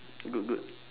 good good